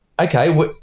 okay